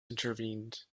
intervened